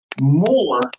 more